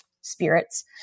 spirits